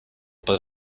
but